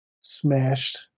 smashed